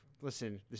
Listen